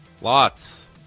Lots